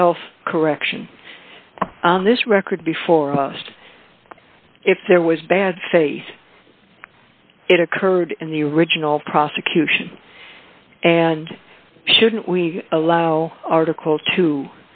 self correction on this record before us if there was bad faith it occurred in the original prosecution and shouldn't we allow articles two